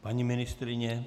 Paní ministryně?